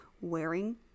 wearing